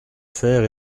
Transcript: fer